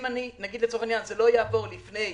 אם זה לא יעבור לפני